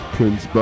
Prince